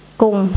cùng